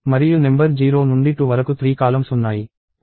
మరియు నెంబర్ 0 నుండి 2 వరకు 3కాలమ్స్ ఉన్నాయి